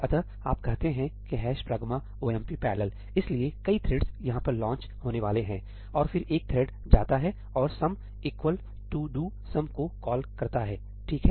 अतः आप कहते हैं कि 'hash pragma omp parallel' इसलिए कई थ्रेडस यहाँ पर लॉन्च होने वाले हैं और फिर एक थ्रेड जाता है और 'sum equal to do sum' को कॉल करता है ठीक है